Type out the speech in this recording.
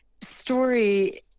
story